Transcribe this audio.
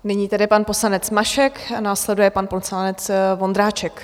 Nyní tedy pan poslanec Mašek, následuje pan poslanec Vondráček.